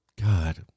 God